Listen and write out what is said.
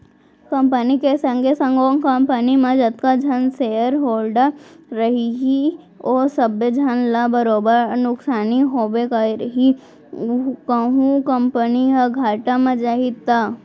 company के संगे संग ओ कंपनी म जतका झन सेयर होल्डर रइही ओ सबे झन ल बरोबर नुकसानी होबे करही कहूं कंपनी ह घाटा म जाही त